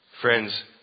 Friends